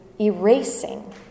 erasing